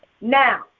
Now